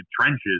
trenches